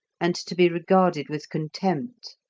and to be regarded with contempt.